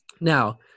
now